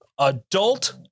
Adult